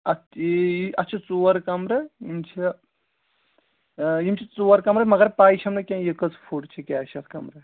اَتھ تی اَتھ چھِ ژور کَمرٕ یِم چھِ یِم چھِ ژور کَمرٕ مگر پَے چھَم نہٕ کیٚنٛہہ یہِ کٔژ فُٹ چھِ کیٛاہ چھِ اَتھ کَمرٕ